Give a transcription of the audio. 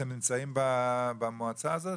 אתם נמצאים במועצה הזאת?